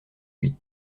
huit